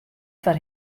foar